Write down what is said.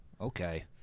Okay